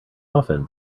often